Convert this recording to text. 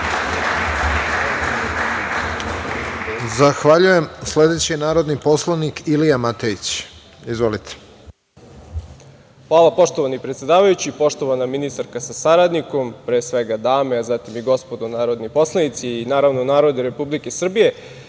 Zahvaljujem. Sledeći narodni poslanik je Ilija Matejić. Izvolite. **Ilija Matejić** Hvala predsedavajući. Poštovana ministarka sa saradnikom, pre svega dame, a zatim i gospodo narodni poslanici, i naravno, narode Republike Srbije,